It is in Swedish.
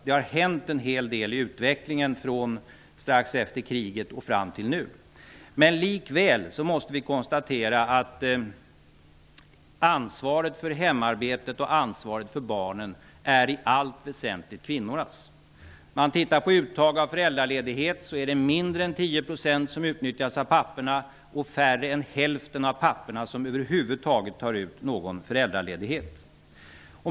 Det har hänt en hel del i utvecklingen från strax efter kriget och fram till nu. Likväl måste vi konstatera att ansvaret för hemarbetet och ansvaret för barnen i allt väsentligt är kvinnornas. Om man tittar på uttag av föräldraledighet är det mindre än 10 % som utnyttjas av papporna och färre än hälften av papporna som över huvud taget tar ut någon föräldraledighet.